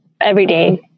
everyday